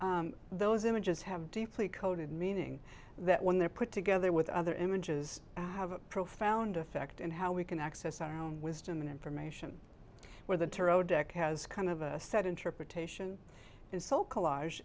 usually those images have deeply coded meaning that when they're put together with other images have a profound effect on how we can access our own wisdom and information where the turo deck has kind of a set interpretation and so collage